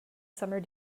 summer